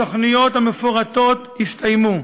התוכניות המפורטות הסתיימו,